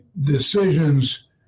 decisions